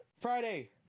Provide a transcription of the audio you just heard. Friday